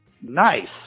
Nice